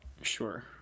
sure